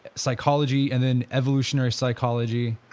psychology and then evolutionary psychology.